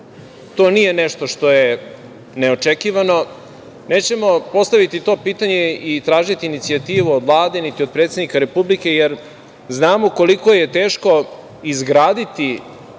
to nije nešto što je neočekivano, nećemo postaviti to pitanje i tražiti inicijativu od Vlade, niti od predsednika Republike, jer znamo koliko je teško izgraditi